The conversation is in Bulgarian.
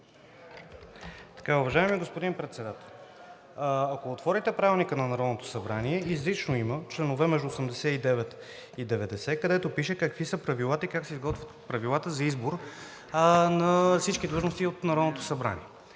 Уважаеми господин Председател, ако отворите Правилника на Народното събрание, изрично има членове между чл. 89 и 90, където пише какви са правилата и как се изготвят правилата за избор на всички длъжности от Народното събрание.